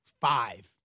five